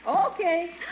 Okay